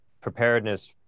preparedness